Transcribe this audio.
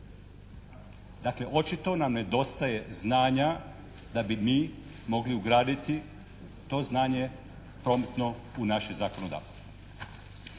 Dakle, očito nam nedostaje znanja da bi mi mogli ugraditi to znanje promptno u naše zakonodavstvo.